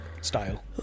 style